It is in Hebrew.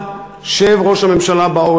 לעודד את ראש הממשלה,